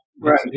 Right